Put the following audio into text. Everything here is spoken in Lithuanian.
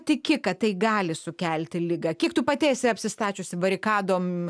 tiki kad tai gali sukelti ligą kiek tu pati esi apsistačiusi barikadom